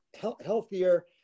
healthier